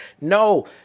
No